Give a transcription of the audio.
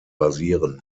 basieren